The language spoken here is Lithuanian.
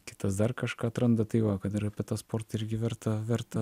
kitas dar kažką atranda tai va kad ir apie tą sportą irgi verta verta